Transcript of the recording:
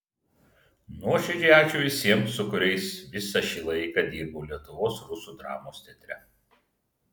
nuoširdžiai ačiū visiems su kuriais visą šį laiką dirbau lietuvos rusų dramos teatre